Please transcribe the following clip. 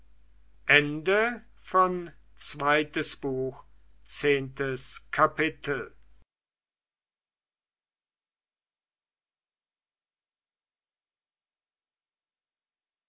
zweites buch erstes kapitel